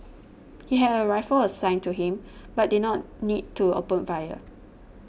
he had a rifle assigned to him but did not need to open fire